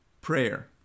Prayer